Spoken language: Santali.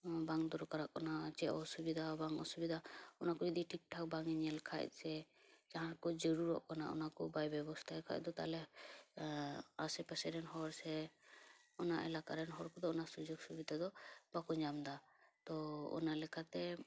ᱵᱟᱝ ᱫᱚᱨᱠᱟᱨᱚᱜ ᱠᱟᱱᱟ ᱪᱮᱫ ᱚᱥᱩᱵᱤᱰᱟ ᱦᱚᱸ ᱵᱟᱝ ᱚᱥᱩᱵᱤᱫᱟ ᱚᱱᱟ ᱠᱚ ᱡᱩᱫᱤ ᱴᱷᱤᱠ ᱴᱷᱟᱠ ᱵᱟᱝ ᱮ ᱧᱮᱞ ᱠᱷᱟᱡ ᱥᱮ ᱡᱟᱦᱟᱸ ᱠᱚ ᱡᱟᱨᱩᱨᱚᱜ ᱠᱟᱱᱟ ᱚᱱᱟ ᱠᱚ ᱵᱟᱭ ᱵᱮᱵᱚᱥᱛᱟᱭ ᱠᱷᱟᱡ ᱫᱚ ᱛᱟᱦᱚᱞᱮ ᱟᱥᱮ ᱯᱟᱥᱮ ᱨᱮᱱ ᱦᱚᱲ ᱥᱮ ᱚᱱᱟ ᱮᱞᱟᱠᱟᱨᱮᱱ ᱦᱚᱲ ᱠᱚᱫᱚ ᱚᱱᱟ ᱥᱩᱡᱳᱠ ᱥᱩᱵᱤᱫᱟ ᱫᱚ ᱵᱟᱠᱚ ᱧᱟᱢ ᱮᱫᱟ ᱛᱚ ᱚᱱᱟ ᱞᱮᱠᱟᱛᱮ